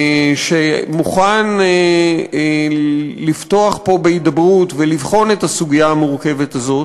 שמוכן לפתוח פה בהידברות ולבחון את הסוגיה המורכבת הזאת.